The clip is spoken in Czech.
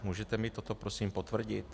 Můžete mi toto prosím potvrdit?